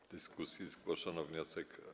W dyskusji zgłoszono wniosek.